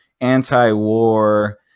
anti-war